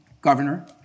governor